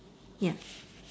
ya